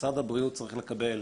משרד הבריאות צריך לקבל